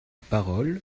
parole